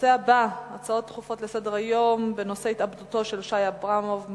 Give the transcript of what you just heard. הנושא הבא: הצעות דחופות לסדר-היום בנושא התאבדותו של שי אברמוב,